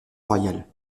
royale